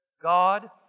God